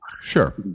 sure